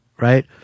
Right